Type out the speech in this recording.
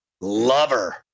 lover